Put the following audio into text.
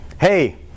hey